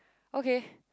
okay